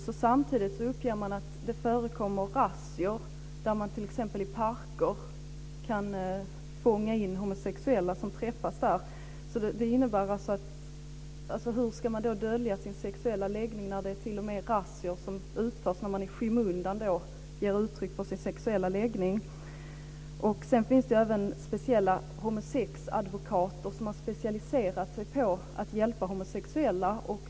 Samtidigt uppges att det förekommer razzior t.ex. i parker där man fångar in homosexuella som träffas där. Hur ska de då dölja sin sexuella läggning när det t.o.m. utförs razzior när de i skymundan ger uttryck för sin sexuella läggning? Det finns även speciella homosexadvokater, som har specialiserat sig på att hjälpa homosexuella.